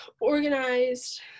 organized